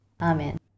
Amen